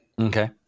Okay